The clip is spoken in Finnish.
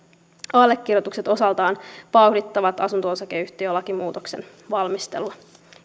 allekirjoitukset osaltaan vauhdittavat asunto osakeyhtiölakimuutoksen valmistelua